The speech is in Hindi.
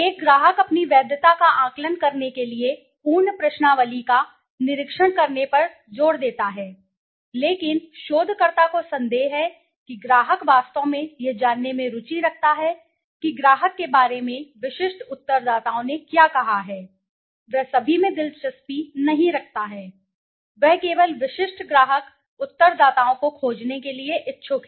एक ग्राहक अपनी वैधता का आकलन करने के लिए पूर्ण प्रश्नावली का निरीक्षण करने पर जोर देता है लेकिन शोधकर्ता को संदेह है कि ग्राहक वास्तव में यह जानने में रुचि रखता है कि ग्राहक के बारे में विशिष्ट उत्तरदाताओं ने क्या कहा है वह सभी में दिलचस्पी नहीं रखता है वह केवल विशिष्ट ग्राहक उत्तरदाताओं को खोजने के लिए इच्छुक है